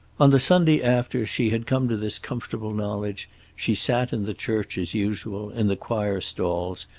on the sunday after she had come to this comfortable knowledge she sat in the church as usual, in the choir stalls,